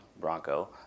Bronco